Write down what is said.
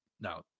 Now